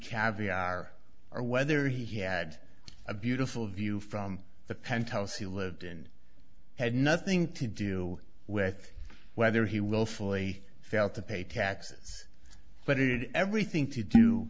caviar or whether he had a beautiful view from the penthouse he lived in had nothing to do with whether he will fully fail to pay taxes but it everything to do